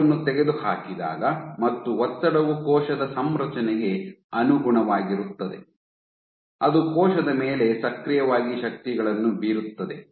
ಕೋಶವನ್ನು ತೆಗೆದುಹಾಕಿದಾಗ ಮತ್ತು ಒತ್ತಡವು ಕೋಶದ ಸಂರಚನೆಗೆ ಅನುಗುಣವಾಗಿರುತ್ತದೆ ಅದು ಕೋಶದ ಮೇಲೆ ಸಕ್ರಿಯವಾಗಿ ಶಕ್ತಿಗಳನ್ನು ಬೀರುತ್ತದೆ